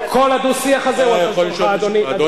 אתה יכול, כל הדו-שיח הזה הוא על חשבונך, אדוני.